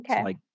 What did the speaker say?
Okay